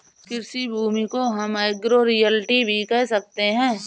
कृषि भूमि को हम एग्रो रियल्टी भी कह सकते है